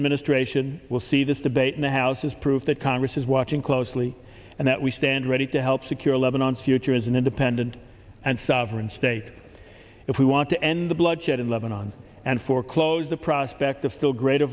administration will see this debate in the house as proof that congress is watching closely and that we stand ready to help secure lebanon's future as an independent and sovereign state if we want to end the bloodshed in lebanon and foreclose the prospect of still greater